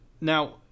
Now